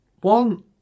one